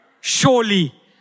surely